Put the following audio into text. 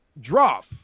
drop